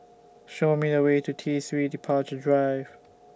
Show Me The Way to T three Departure Drive